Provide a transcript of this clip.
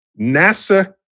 NASA